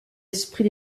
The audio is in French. esprit